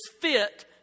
fit